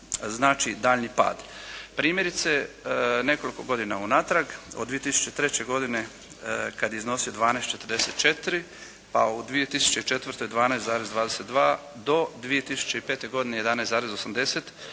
znači daljnji pad. Primjerice nekoliko godina unatrag od 2003. godine kad je iznosio 12,44 pa u 2004. 12,22 do 2005. godine 11,80.